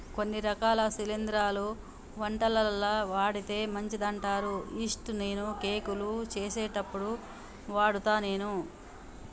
కొన్ని రకాల శిలింద్రాలు వంటలల్ల వాడితే మంచిదంటారు యిస్టు ను కేకులు చేసేప్పుడు వాడుత నేను